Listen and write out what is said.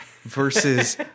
versus